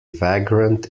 vagrant